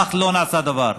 אך לא נעשה דבר.